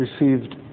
received